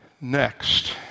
next